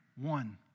one